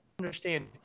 understand